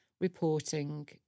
reporting